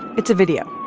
it's a video.